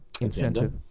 incentive